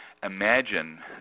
imagine